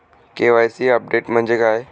KYC update म्हणजे काय?